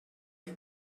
che